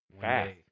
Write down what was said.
Fast